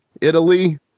Italy